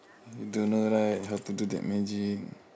you don't know right how to do that magic